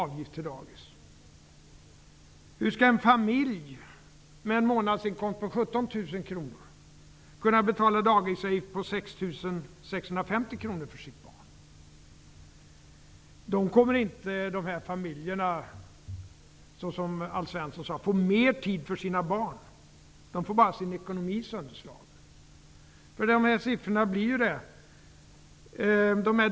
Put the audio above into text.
Hur skall en familj med en månadsinkomst på 17 000 kr kunna betala dagisavgifter på 6 650 kr för sitt barn? Dessa familjer kommer inte att få mer tid för sina barn, som Alf Svensson sade. De får bara sin ekonomi sönderslagen.